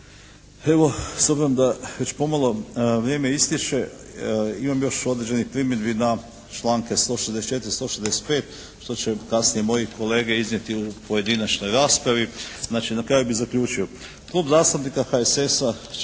Evo, s obzirom da već pomalo vrijeme istječe imam još određenih primjedbi na članke 164., 165. što će kasnije moji kolege iznijeti u pojedinačnoj raspravi. Znači, na kraju bih zaključio. Klub zastupnika HSS-a će podržati prijedlog ovog zakona u prvome čitanju.